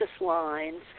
lines